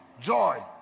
joy